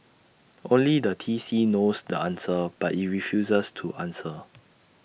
only the T C knows the answer but IT refuses to answer